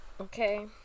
Okay